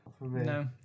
No